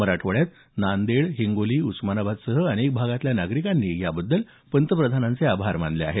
मराठवाड्यात नांदेड हिंगोली उस्मानाबाद सह अनेक भागातल्या नागरिकांनी याबद्दल पंतप्रधानांचे आभार मानले आहेत